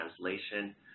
translation